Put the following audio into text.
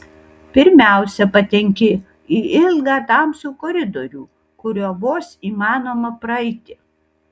pirmiausia patenki į ilgą tamsų koridorių kuriuo vos įmanoma praeiti